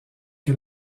que